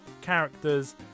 characters